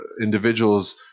individuals